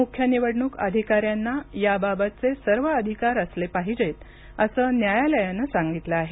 मुख्य निवडणूक अधिकाऱ्यांना याबाबतचे सर्व अधिकार असले पाहिजेत असं न्यायालयानं सांगितलं आहे